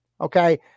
Okay